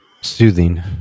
Soothing